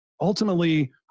ultimately